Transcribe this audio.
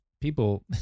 people